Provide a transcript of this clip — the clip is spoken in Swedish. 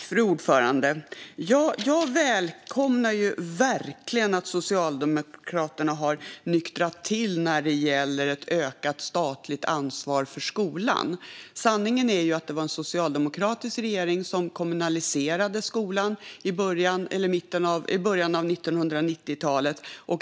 Fru talman! Jag välkomnar verkligen att Socialdemokraterna har nyktrat till när det gäller ett ökat statligt ansvar för skolan. Sanningen är ju att det var en socialdemokratisk regering som kommunaliserade skolan i början av 1990-talet.